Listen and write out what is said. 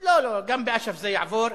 לא, לא, גם באש"ף זה יעבור.